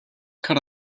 cut